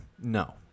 No